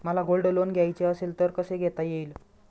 मला gold loan घ्यायचे असेल तर कसे घेता येईल?